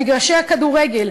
במגרשי הכדורגל,